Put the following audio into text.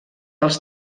els